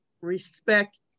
respect